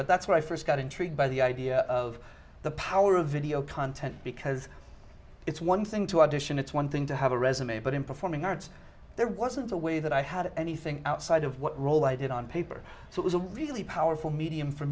but that's where i first got intrigued by the idea of the power of video content because it's one thing to audition it's one thing to have a resume but in performing arts there wasn't a way that i had anything outside of what role i did on paper so it was a really powerful medium for